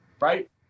right